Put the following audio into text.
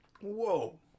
whoa